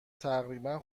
تقریبا